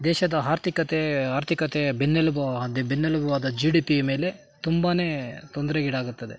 ದೇಶದ ಆರ್ಥಿಕತೆ ಆರ್ಥಿಕತೆಯ ಬೆನ್ನೆಲುಬು ಆದ ಬೆನ್ನೆಲುಬು ಆದ ಜಿ ಡಿ ಪಿಯ ಮೇಲೆ ತುಂಬ ತೊಂದರೆಗೀಡಾಗುತ್ತದೆ